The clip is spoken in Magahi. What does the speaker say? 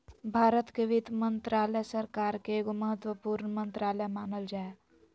भारत के वित्त मन्त्रालय, सरकार के एगो महत्वपूर्ण मन्त्रालय मानल जा हय